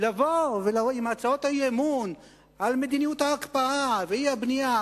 לבוא עם הצעות אי-אמון על מדיניות ההקפאה והאי-בנייה,